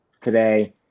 today